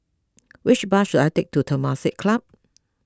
which bus should I take to Temasek Club